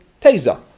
taser